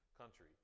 country